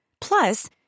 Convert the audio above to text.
Plus